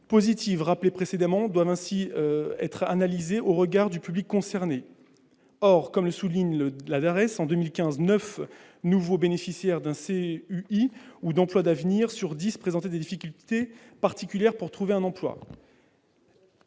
positives rappelés précédemment doivent ainsi s'analyser au regard du public concerné. Or, comme le souligne la DARES, « en 2015, 9 nouveaux bénéficiaires d'un CUI ou d'un emploi d'avenir sur 10 présentaient des difficultés particulières pour trouver un emploi